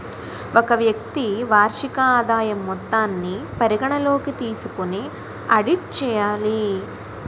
ఒక వ్యక్తి వార్షిక ఆదాయం మొత్తాన్ని పరిగణలోకి తీసుకొని ఆడిట్ చేయాలి